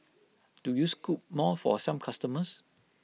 do you scoop more for some customers